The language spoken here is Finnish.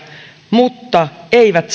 mutta eivät